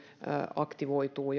aktivoituu